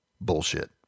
bullshit